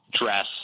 dress